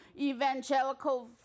evangelical